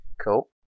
Cool